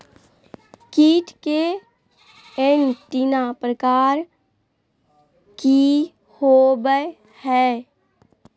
कीट के एंटीना प्रकार कि होवय हैय?